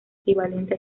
equivalente